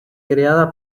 creada